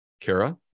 Kara